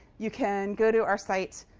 you can go to our site.